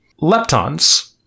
Leptons